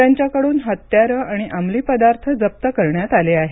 त्यांच्याकडून हत्यारं आणि अमली पदार्थ जप्त करण्यात आले आहेत